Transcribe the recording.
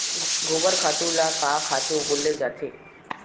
गोबर खातु ल का खातु बोले जाथे?